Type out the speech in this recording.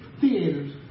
theaters